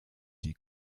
die